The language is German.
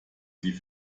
sie